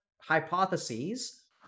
hypotheses